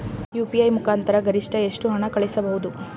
UPI ಮುಖಾಂತರ ಗರಿಷ್ಠ ಎಷ್ಟು ಹಣ ಕಳಿಸಬಹುದು?